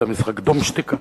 את המשחק "דום שתיקה"?